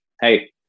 hey